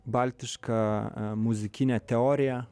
baltišką muzikinę teoriją